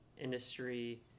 industry